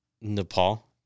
Nepal